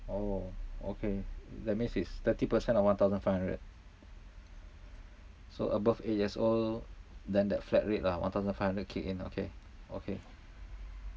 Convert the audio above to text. orh okay that means it's thirty percent of one thousand five hundred so above eight years old then that flat rate lah one thousand five hundred kick in okay okay